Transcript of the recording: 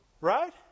Right